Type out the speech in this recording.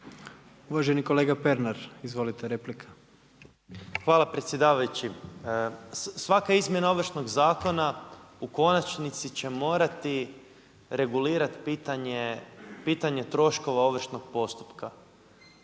replika. **Pernar, Ivan (Živi zid)** Hvala predsjedavajući. Svaka izmjena Ovršnog zakona u konačnici će morati regulirati pitanje troškova Ovršnog postupka.